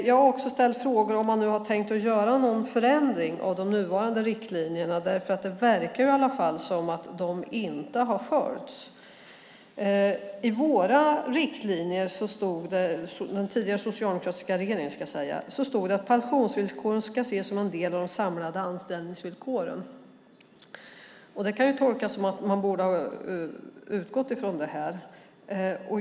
Jag har också ställt frågor om man har tänkt göra någon förändring i de nuvarande riktlinjerna. Det verkar i varje fall som att de inte har följts. I den tidigare socialdemokratiska regeringens riktlinjer stod det att pensionsvillkoren ska ses som en del av de samlade anställningsvillkoren. Det kan tolkas som att man borde ha utgått från det.